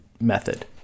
method